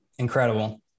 Incredible